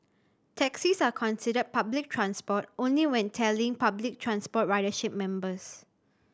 taxis are considered public transport only when tallying public transport ridership members